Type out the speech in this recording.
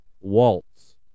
Waltz